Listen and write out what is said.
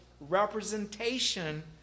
representation